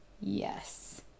yes